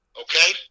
Okay